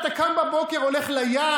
אתה קם בבוקר, הולך לים?